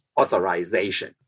authorization